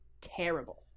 terrible